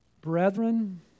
Brethren